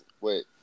Wait